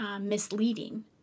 misleading